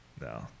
No